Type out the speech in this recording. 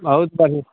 बहुत बढ़िआँ